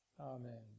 amen